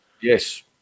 Yes